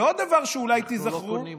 אנחנו לא קונים אותה.